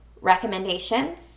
recommendations